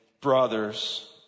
brothers